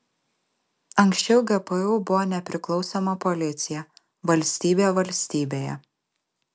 anksčiau gpu buvo nepriklausoma policija valstybė valstybėje